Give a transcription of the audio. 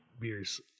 beers